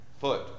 foot